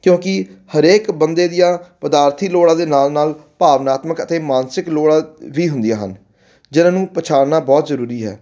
ਕਿਉਂਕਿ ਹਰੇਕ ਬੰਦੇ ਦੀਆਂ ਪਦਾਰਥੀ ਲੋੜਾਂ ਦੇ ਨਾਲ ਨਾਲ ਭਾਵਨਾਤਮਕ ਅਤੇ ਮਾਨਸਿਕ ਲੋੜਾਂ ਵੀ ਹੁੰਦੀਆਂ ਹਨ ਜਿਨ੍ਹਾਂ ਨੂੰ ਪਛਾਣਨਾ ਬਹੁਤ ਜ਼ਰੂਰੀ ਹੈ